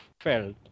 felt